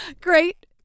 Great